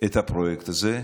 את הפרויקט הזה,